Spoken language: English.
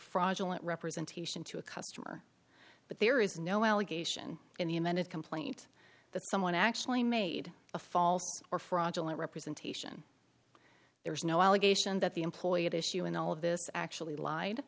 fraudulent representation to a customer but there is no allegation in the amended complaint that someone actually made a false or fraudulent representation there's no allegation that the employee at issue in all of this actually lied